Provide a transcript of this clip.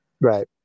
Right